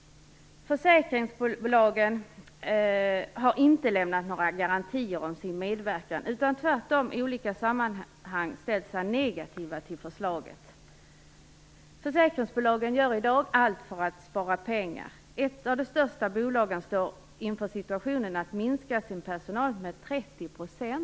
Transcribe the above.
Försäkringsbolagen har inte lämnat några garantier för sin medverkan. Tvärtom har de i olika sammanhang ställt sig negativa till förslaget. Försäkringsbolagen gör i dag allt för att spara pengar. Ett av de största bolagen står inför situationen att behöva minska sin personal med 30 %.